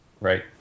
Right